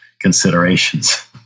considerations